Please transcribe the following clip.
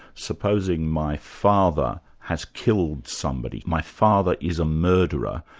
supposing my father has killed somebody, my father is a murderer,